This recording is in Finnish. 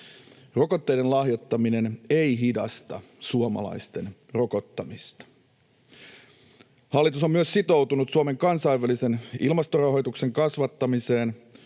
Rokotteiden lahjoittaminen ei hidasta suomalaisten rokottamista. Hallitus on myös sitoutunut Suomen kansainvälisen ilmastorahoituksen kasvattamiseen.